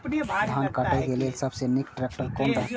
धान काटय के लेल सबसे नीक ट्रैक्टर कोन रहैत?